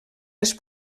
les